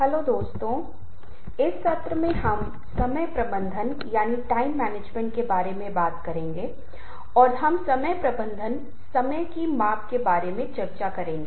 नमस्कार दोस्तों आज हम क्या प्रस्तुत करना है और कैसे पर चर्चा करने जा रहे हैं